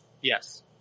Yes